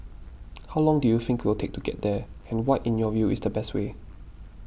how long do you think we'll take to get there and what in your view is the best way